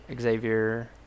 Xavier